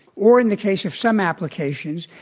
or in the case of some applications,